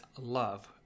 love